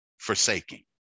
forsaking